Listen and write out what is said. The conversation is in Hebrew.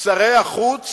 שרי החוץ